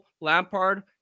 Lampard